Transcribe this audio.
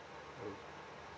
oh